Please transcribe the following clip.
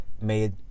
made